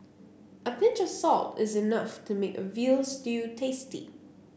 a pinch of salt is enough to make a veal stew tasty